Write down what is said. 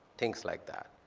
things like that.